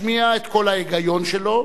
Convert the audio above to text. משמיע את קול ההיגיון שלו,